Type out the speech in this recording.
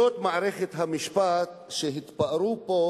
זאת מערכת המשפט שהתפארו פה